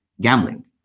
gambling